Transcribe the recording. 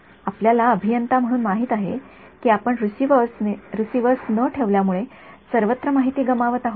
आपल्याला अभियंता म्हणून माहित आहे कि की आपण रिसीव्हर्स न ठेवल्यामुळे सर्वत्र माहिती गमावत आहोत